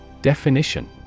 Definition